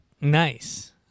Nice